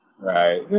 Right